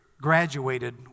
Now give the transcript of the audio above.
graduated